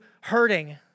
hurting